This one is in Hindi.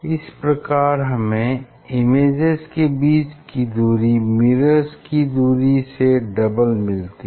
इस प्रकार हमें इमेजेज के बीच की दूरी मिरर्स की दूरी से डबल मिलती है